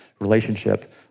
relationship